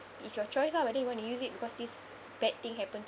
is your choice ah whether you want to use it because this bad thing happened to